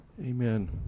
Amen